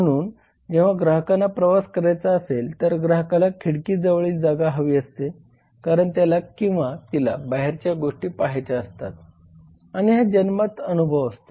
म्हणून जेव्हा ग्राहकांना प्रवास करायचा असेल तर ग्राहकाला खिडकी जवळील जागा हवी असते कारण त्याला किंवा तिला बाहेरच्या गोष्टी पहायच्या असतात आणि हा जन्मजात अनुभव असतो